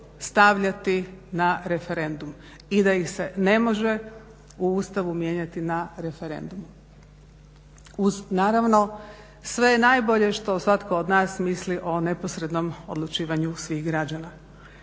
stavljati na referendum i da ih se ne može u Ustavu mijenjati na referendumu uz naravno sve najbolje što svatko od nas misli o neposrednom odlučivanju svih građana.